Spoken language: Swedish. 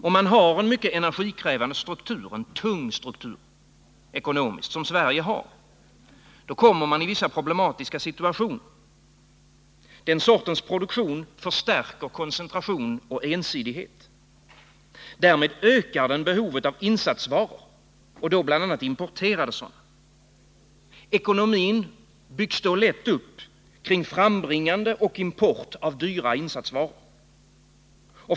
Om man har en mycket energikrävande, ekonomiskt tung struktur — som Sverige har — kommer man i vissa problematiska situationer. Den sortens produktion förstärker koncentration och ensidighet. Därmed ökar den behovet av insatsvaror, bl.a. importerade sådana. Ekonomin byggs lätt upp kring frambringande och import av dyra insatsvaror.